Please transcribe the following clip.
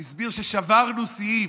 הוא הסביר ששברנו שיאים.